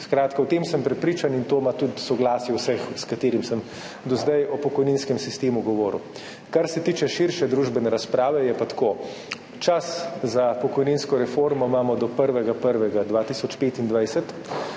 Skratka, o tem sem prepričan in to ima tudi soglasje vseh, s katerimi sem do zdaj govoril o pokojninskem sistemu. Kar se tiče širše družbene razprave, je pa tako. Čas za pokojninsko reformo imamo do 1. 1. 2025,